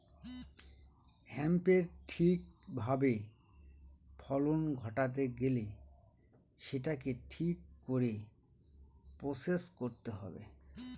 হেম্পের ঠিক ভাবে ফলন ঘটাতে গেলে সেটাকে ঠিক করে প্রসেস করতে হবে